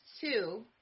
two